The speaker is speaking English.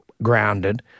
grounded